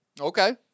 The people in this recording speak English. Okay